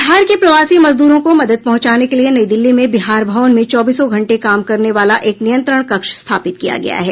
बिहार के प्रवासी मजदूरों को मदद पहुंचाने के लिए नई दिल्ली में बिहार भवन में चौबीसों घंटे काम करने वाला एक नियंत्रण कक्ष स्थापित किया गया है